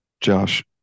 Josh